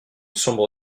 sombre